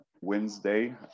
Wednesday